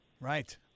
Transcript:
Right